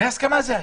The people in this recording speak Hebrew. בהסכמה זה היה.